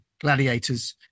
gladiators